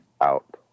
out